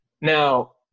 Now